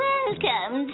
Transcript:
Welcome